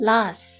Loss